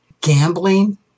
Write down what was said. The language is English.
Gambling